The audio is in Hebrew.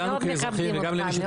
אנחנו מאוד מכבדים אותך, מאוד.